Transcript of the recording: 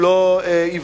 הוא לא יברח